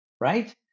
right